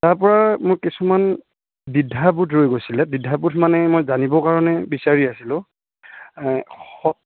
তাৰপৰা মই কিছুমান দ্বিধাবোধ ৰৈ গৈছিলে দ্বিধাবোধ মানে মই জানিবৰ কাৰণে বিচাৰি আছিলোঁ স